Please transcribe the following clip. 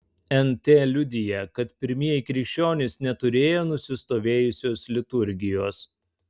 nt liudija kad pirmieji krikščionys neturėjo nusistovėjusios liturgijos